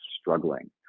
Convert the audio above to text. struggling